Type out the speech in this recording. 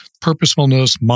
purposefulness